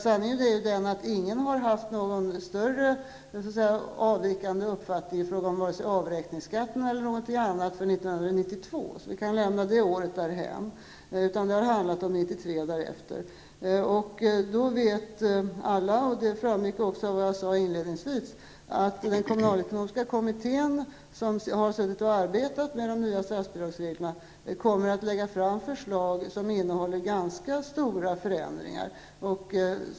Sanningen är att ingen har haft någon större avvikande uppfattning i fråga om vare sig avräkningsskatten eller någonting annat för 1992. Det året kan vi lämna därhän. Det har handlat om Alla vet, och det framgick också av det jag sade inledningsvis, att den Kommunalekonomiska kommittén, som har arbetat med de nya statsbidragsreglerna, kommer attt lägga fram förslag som innehåller ganska stora förändringar.